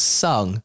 sung